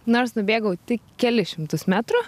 nors nubėgau tik kelis šimtus metrų